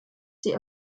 die